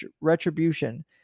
retribution